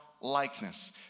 likeness